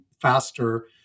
faster